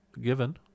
given